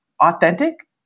authentic